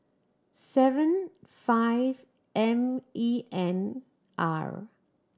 seven five M E N R